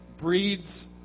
breeds